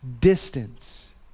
Distance